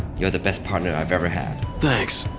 you're the best partner i've ever had. thanks,